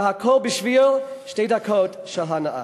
והכול בשביל שתי דקות של הנאה.